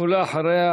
ואחריה,